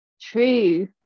true